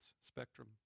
spectrum